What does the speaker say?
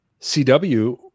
cw